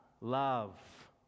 Love